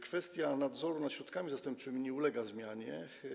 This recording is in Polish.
Kwestia nadzoru nad środkami zastępczymi nie ulega zmianie.